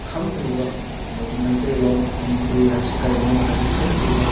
ꯈꯪꯗ꯭ꯔꯤꯕ ꯃꯩꯇꯩꯂꯣꯟ ꯃꯅꯤꯄꯨꯔꯤ ꯍꯥꯏꯕꯁꯤ ꯀꯔꯤꯅꯣ ꯍꯥꯏꯕꯁꯤ ꯈꯪꯗ꯭ꯔꯤꯕ